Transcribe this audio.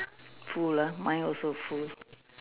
full lah mine also full